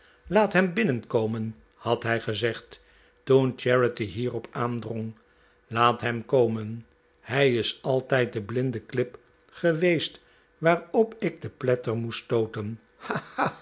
laat hem komen had hij gezegd toen charity hierop aandrong laat hem komen hij is altijd de blinde klip geweest waarop ik te pletter moest stooten